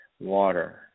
water